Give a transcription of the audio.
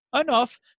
enough